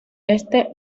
este